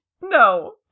No